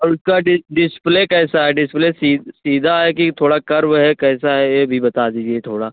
और उसका dis display कैसा है डिस्प्ले सी सीधा है कि थोड़ा कर्व है यह भी बता दीजिए थोड़ा